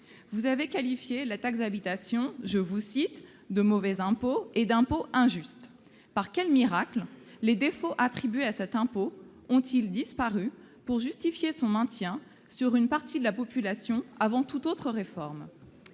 vous avez qualifié la taxe d'habitation de « mauvais impôt » et d'« impôt injuste ». Par quel miracle les défauts attribués à cet impôt ont-ils disparu pour justifier son maintien sur une partie de la population avant toute autre réforme ?